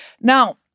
Now